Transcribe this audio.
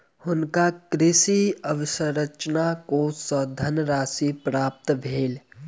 हुनका कृषि अवसंरचना कोष सँ धनराशि प्राप्त भ गेल